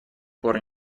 пор